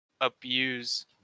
abuse